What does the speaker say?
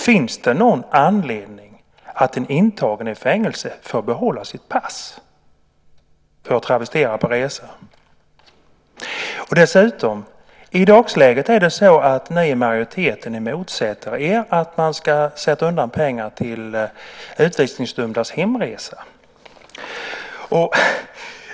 Finns det någon anledning att en intagen i fängelse får behålla sitt pass, för att nu travestera det här med resa? Dessutom motsätter ni i majoriteten i dagsläget att man ska sätta undan pengar till utvisningsdömdas hemresa.